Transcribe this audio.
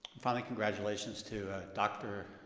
finally, congratulations to dr.